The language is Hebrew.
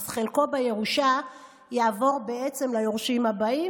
אז חלקו בירושה יעבור בעצם ליורשים הבאים,